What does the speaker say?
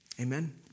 Amen